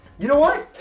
you know what?